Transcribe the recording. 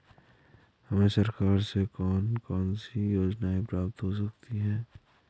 हमें सरकार से कौन कौनसी योजनाएँ प्राप्त हो सकती हैं?